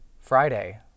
Friday